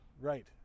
right